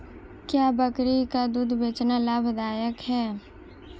क्या बकरी का दूध बेचना लाभदायक है?